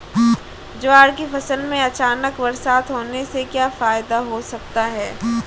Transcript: ज्वार की फसल में अचानक बरसात होने से क्या फायदा हो सकता है?